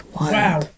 Wow